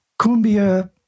cumbia